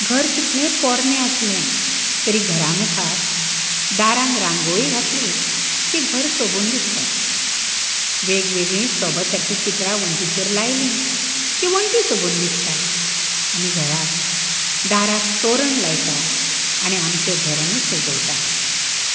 घर कितलेंय पोरणें आसलें तरी घरा मुखार दारांत रांगोळी घातली की घर सोबून दिसता वेग वेगळीं सोब सारकीं चित्रां वण्टीचेर लायलीं की वण्टी सोबून दिसता आमी घराक दाराक तोरण लायता आनी आमचें घर आमी सजयता